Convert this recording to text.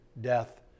death